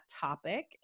topic